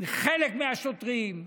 חלק מהשוטרים,